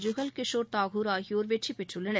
ஜூகல்கிஷோா் தாகூர் ஆகியோா் வெற்றி பெற்றுள்ளனர்